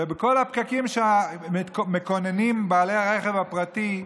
ובכל הפקקים שמקוננים עליהם בעלי הרכבים הפרטיים,